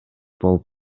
болуп